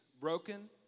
broken